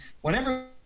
whenever